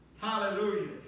Hallelujah